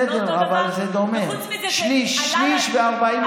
בסדר, אבל זה דומה, שליש, שליש ו-40%.